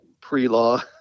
pre-law